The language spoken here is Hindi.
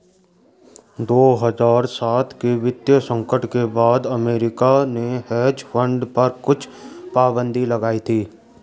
दो हज़ार सात के वित्तीय संकट के बाद अमेरिका ने हेज फंड पर कुछ पाबन्दी लगाई थी